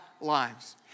lives